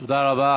תודה רבה.